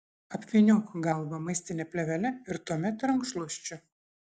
apvyniok galvą maistine plėvele ir tuomet rankšluosčiu